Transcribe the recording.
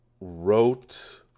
wrote